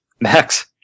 Max